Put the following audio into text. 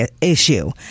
issue